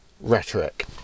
rhetoric